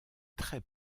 très